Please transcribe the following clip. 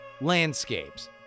landscapes